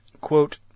Quote